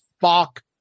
fuck